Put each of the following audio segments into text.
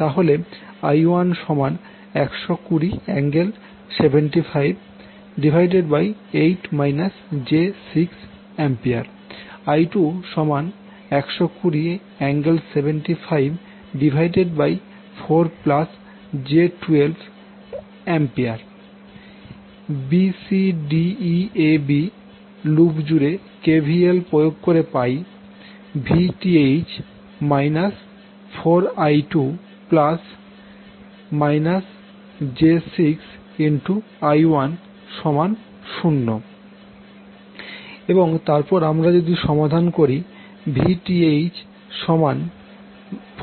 তাহলে I1120∠758 j6AI2120∠754j12A bcdeab loop জুড়ে KVL প্রয়োগ করে পাই VTh 4I2I10 এবং তারপর আমরা যদি সমাধান করি VTh4I2j6I1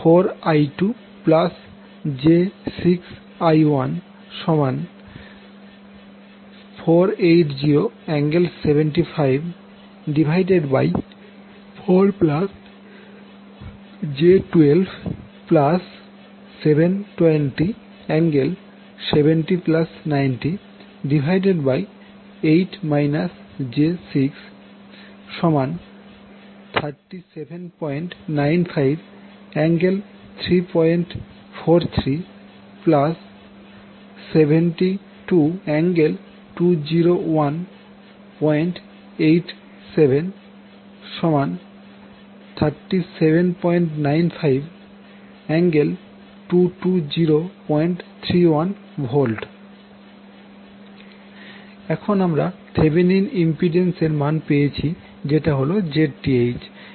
480∠754j12720∠75908 j6 3795∠34372∠20187 3795∠22031V এখন আমরা থেভেনিন ইম্পিড্যান্স এর মান পেয়েছি যেটা হল Zth